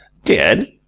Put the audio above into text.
dead?